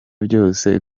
byose